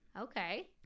Okay